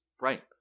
Right